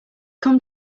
come